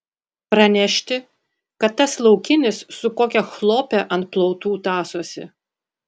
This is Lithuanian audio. pranešti kad tas laukinis su kokia chlope ant plautų tąsosi